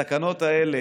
התקנות האלה,